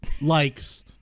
likes